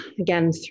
again